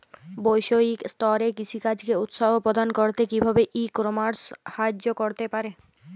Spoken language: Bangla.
বৈষয়িক স্তরে কৃষিকাজকে উৎসাহ প্রদান করতে কিভাবে ই কমার্স সাহায্য করতে পারে?